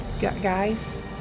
Guys